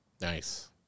nice